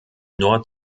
nord